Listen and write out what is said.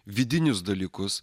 vidinius dalykus